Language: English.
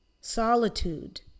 Solitude